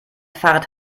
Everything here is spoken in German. fahrrad